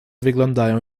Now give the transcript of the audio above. wyglądają